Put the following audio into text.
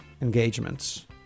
engagements